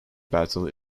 battle